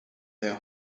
their